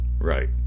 Right